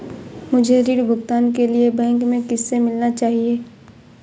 मुझे ऋण भुगतान के लिए बैंक में किससे मिलना चाहिए?